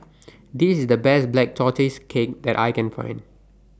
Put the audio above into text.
This IS The Best Black Tortoise Cake that I Can Find